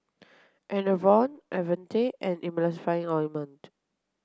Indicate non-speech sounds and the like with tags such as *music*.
Enervon *unintelligible* and Emulsying ointment